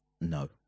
No